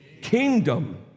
kingdom